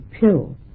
pill